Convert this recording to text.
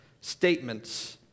statements